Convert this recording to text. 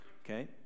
okay